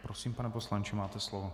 Prosím, pane poslanče, máte slovo.